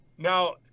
Now